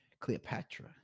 Cleopatra